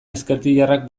ezkertiarrak